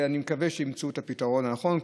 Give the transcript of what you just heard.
ואני מקווה שימצאו את הפתרון הנכון.